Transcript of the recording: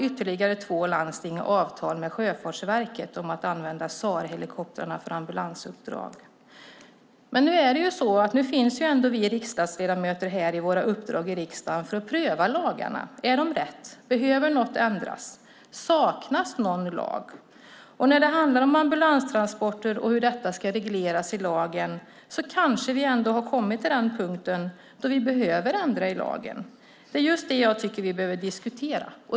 Ytterligare två landsting har avtal med Sjöfartsverket om att använda SAR-helikoptrarna för ambulansuppdrag. Nu finns vi riksdagsledamöter här i riksdagen för att pröva lagarna. Är de rätt? Behöver något ändras? Saknas någon lag? När det handlar om ambulanstransporter och hur de ska regleras i lagen kanske vi har kommit till den punkt där vi behöver ändra i lagen. Det är det som jag tycker att vi behöver diskutera.